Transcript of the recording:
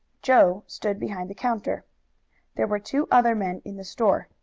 joe stood behind the counter there were two other men in the store,